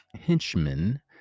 henchmen